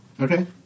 Okay